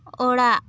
ᱚᱲᱟᱜ